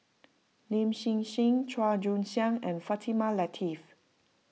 Lin Hsin Hsin Chua Joon Siang and Fatimah Lateef